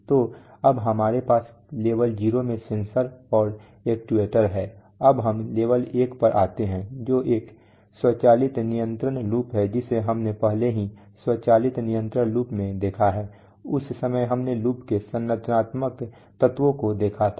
तो अब हमारे पास लेवल 0 में सेंसर और एक्चुएटर हैं अब हम लेवल एक पर आते हैं जो एक स्वचालित नियंत्रण लूप है जिसे हमने पहले ही स्वचालित नियंत्रण लूप में देखा है उस समय हमने लूप के संरचनात्मक तत्वों को देखा था